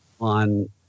on